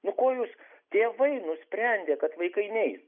nu ko jūs tėvai nusprendė kad vaikai neis